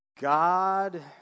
God